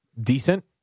decent